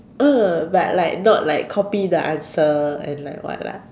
ah but like not like copy the answer and like what lah